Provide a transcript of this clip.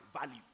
Value